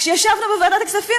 כשישבנו בוועדת הכספים,